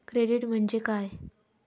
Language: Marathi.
क्रेडिट म्हणजे काय?